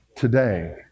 today